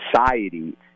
society